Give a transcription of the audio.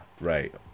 right